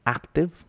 active